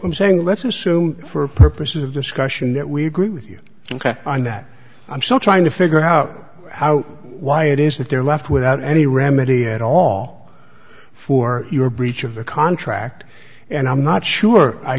i'm saying let's assume for purposes of discussion that we agree with you on that i'm still trying to figure out how why it is that they're left without any remedy at all for your breach of a contract and i'm not sure i